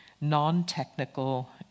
non-technical